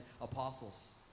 apostles